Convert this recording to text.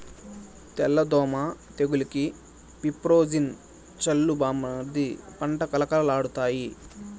తెల్ల దోమ తెగులుకి విప్రోజిన్ చల్లు బామ్మర్ది పంట కళకళలాడతాయి